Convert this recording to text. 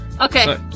Okay